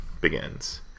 begins